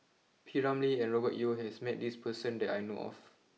P Ramlee and Robert Yeo has met this person that I know of